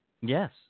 Yes